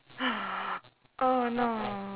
oh no